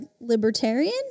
libertarian